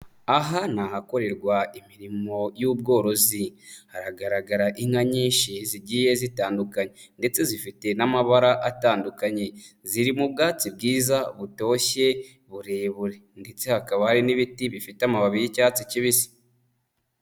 Aha ni ahakorerwa imirimo y'ubworozi, haragaragara inka nyinshi zigiye zitandukanye ndetse zifite n'amabara atandukanye, ziri mu ubwatsi bwiza butoshye burebure ndetse hakaba hari n'ibiti bifite amababi y'icyatsi kibisi.